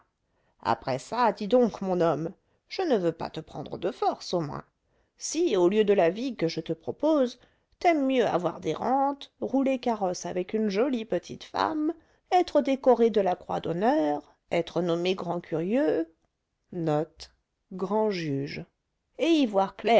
après ça dis donc mon homme je ne veux pas te prendre de force au moins si au lieu de la vie que je te propose t'aimes mieux avoir des rentes rouler carrosse avec une jolie petite femme être décoré de la croix d'honneur être nommé grand curieux